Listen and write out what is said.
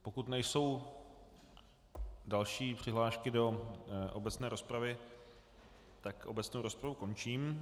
Pokud nejsou další přihlášky do obecné rozpravy, tak obecnou rozpravu končím.